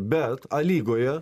bet a lygoje